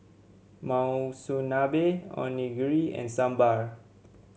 Monsunabe Onigiri and Sambar